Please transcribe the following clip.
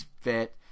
Fit